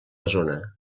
zona